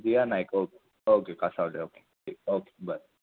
दिया Nayak okay okay कासावले okay okay okay बरें